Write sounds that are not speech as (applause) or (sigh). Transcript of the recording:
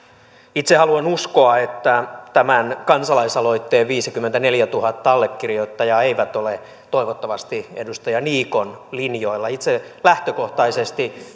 itse haluan uskoa että tämän kansalaisaloitteen viisikymmentäneljätuhatta allekirjoittajaa eivät ole toivottavasti edustaja niikon linjoilla itse lähtökohtaisesti (unintelligible)